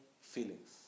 feelings